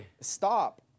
Stop